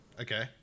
okay